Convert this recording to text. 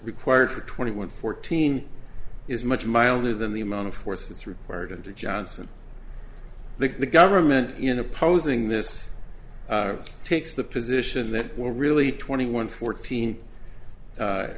required for twenty one fourteen is much milder than the amount of force that's required to johnson the government in opposing this takes the position that we're really twenty one fourteen